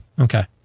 Okay